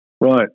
Right